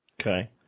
Okay